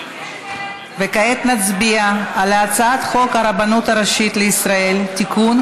כעת נצביע על הצעת חוק הרבנות הראשית לישראל (תיקון,